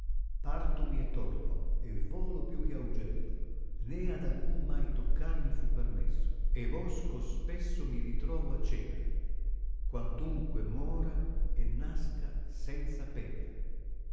partomi e torno e volo più che augello ne ad alcun mai toccarmi fu permesso e vosco spesso mi ritrovo a cena quantunque mora e nasca senza pena